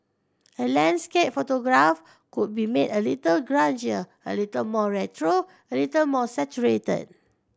a landscape photograph could be made a little grungier a little more retro a little more saturated